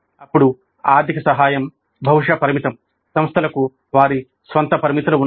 అప్పుడు ఆర్థిక సహాయం బహుశా పరిమితం సంస్థలకు వారి స్వంత పరిమితులు ఉన్నాయి